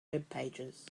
webpages